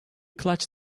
clutch